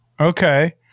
Okay